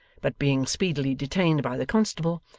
but being speedily detained by the constable,